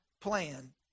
plan